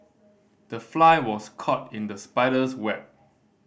the fly was caught in the spider's web